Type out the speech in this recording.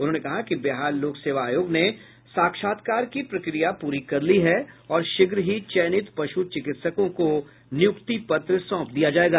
उन्होंने कहा कि बिहार लोक सेवा आयोग ने साक्षात्कार की प्रक्रिया पूरी कर ली है और शीघ्र ही चयनित पशु चिकित्सकों को नियुक्ति पत्र सौंप दिया जायेगा